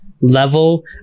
level